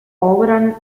overrun